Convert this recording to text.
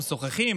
משוחחים,